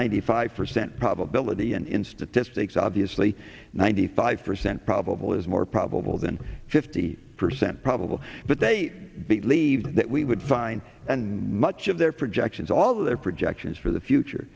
ninety five percent probability and in statistics obviously ninety five percent probable is more probable than fifty percent probable but they believe that we would find and much of their projections all their projections for the future